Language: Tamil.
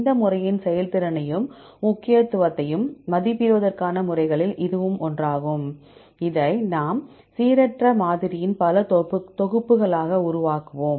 இந்த முறையின் செயல்திறனையும் முக்கியத்துவத்தையும் மதிப்பிடுவதற்கான முறைகளில் இதுவும் ஒன்றாகும் இதை நாம் சீரற்ற மாதிரியின் பல தொகுப்புகளாக உருவாக்குவோம்